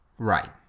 right